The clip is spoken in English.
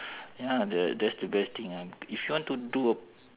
ya the that's the best thing I if you want to do a